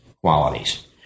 qualities